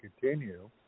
continue